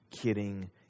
kidding